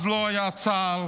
אז לא היה צה"ל,